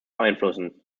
beeinflussen